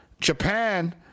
Japan